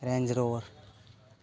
Range Rover